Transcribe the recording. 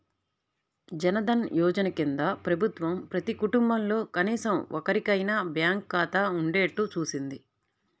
జన్ ధన్ యోజన కింద ప్రభుత్వం ప్రతి కుటుంబంలో కనీసం ఒక్కరికైనా బ్యాంకు ఖాతా ఉండేట్టు చూసింది